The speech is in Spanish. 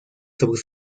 sobre